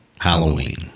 Halloween